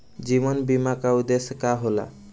जीवन बीमा का उदेस्य का होला?